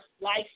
life